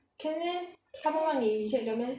can meh 他们让你 reject 的 meh